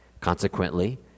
Consequently